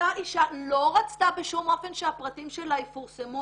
אותה אישה לא רצתה בשום אופן שהפרטים שלה יפורסמו,